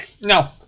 No